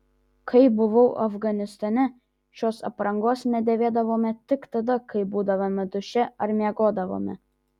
kai buvau afganistane šios aprangos nedėvėdavome tik tada kai būdavome duše ar miegodavome